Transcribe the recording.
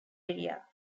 area